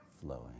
flowing